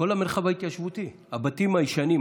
הבתים הישנים,